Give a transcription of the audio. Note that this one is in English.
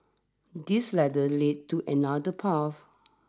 this ladder leads to another path